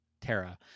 Terra